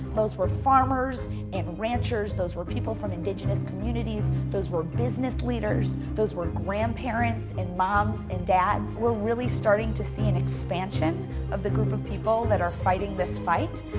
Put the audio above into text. those were farmers and ranchers, those were people from indigenous communities, those were business leaders, those were grandparents and moms and dads. we're really starting to see an expansion of the group of people that are fighting this fight,